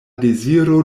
deziro